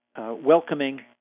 welcoming